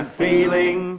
feeling